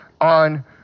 on